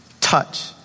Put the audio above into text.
touch